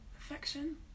affection